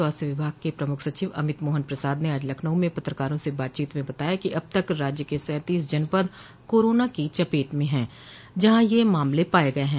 स्वास्थ्य विभाग के प्रमुख सचिव अमित मोहन प्रसाद ने आज लखनऊ में पत्रकारों से बातचीत में बताया कि अब तक राज्य के सैंतीस जनपद कोरोना की चपेट में हैं जहां यह मामले पाये गये हैं